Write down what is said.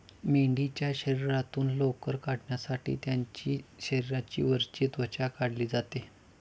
मेंढीच्या शरीरातून लोकर काढण्यासाठी त्यांची शरीराची वरची त्वचा काढली जाते